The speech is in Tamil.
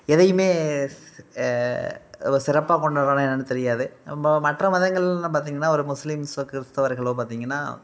எதையுமே ஸ் இவோ சிறப்பாக கொண்டாடுவாங்களா என்னென்னு தெரியாது இப்போ மற்ற மதங்கள்னு பார்த்தீங்கன்னா ஒரு முஸ்லீம்ஸோ கிறுஸ்த்துவர்களோ பார்த்தீங்கன்னா